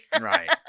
Right